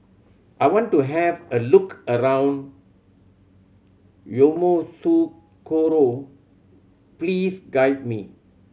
I want to have a look around Yamoussoukro please guide me